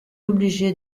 obligé